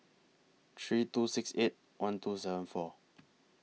three two six eight one two seven four